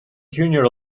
junior